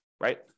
Right